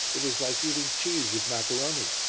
it is like eating cheese with maccaroni.